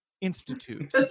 Institute